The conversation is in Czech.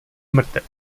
mrtev